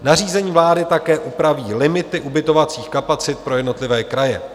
Nařízení vlády také upraví limity ubytovacích kapacit pro jednotlivé kraje.